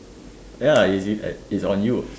ya lah is it it's on you